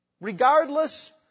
Regardless